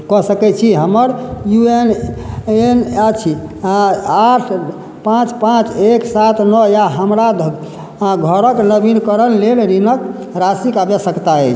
कऽ सकै छी हमर यू ए एन अछि आठ पाँच पाँच एक सात नओ आ हमरा घरक नवीकरणक लेल ऋणक राशिक आवश्यकता अछि